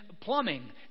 plumbing